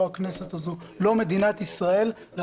לא הכנסת הזאת ולא מדינת ישראל יכולות